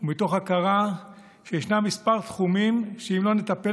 ומתוך הכרה שישנם כמה תחומים שאם לא נטפל